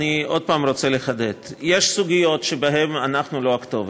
אני רוצה עוד פעם לחדד: יש סוגיות שבהן אנחנו לא הכתובת.